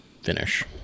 finish